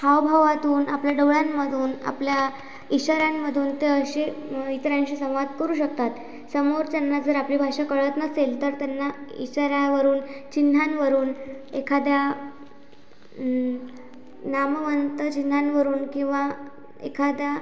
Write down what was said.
हावभावातून आपल्या डोळांमधून आपल्या इशाऱ्यांमधून ते असे इतरांशी संवाद करू शकतात समोर त्यांना जर आपली भाषा कळत नसेल तर त्यांना इशाऱ्यावरून चिन्हांवरून एखाद्या नामवंतचिन्हांवरून किंवा एखाद्या